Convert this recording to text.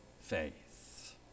faith